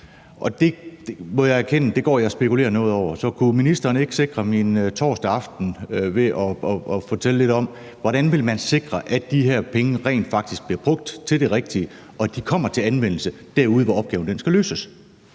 jeg må erkende, at det går jeg og spekulerer noget over. Så kunne ministeren ikke sikre min torsdag aften ved at fortælle lidt om, hvordan man vil sikre, at de her penge rent faktisk bliver brugt til det rigtige, og at de kommer til anvendelse derude, hvor opgaven skal løses?